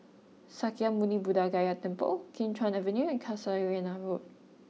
Sakya Muni Buddha Gaya Temple Kim Chuan Avenue and Casuarina Road